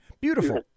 Beautiful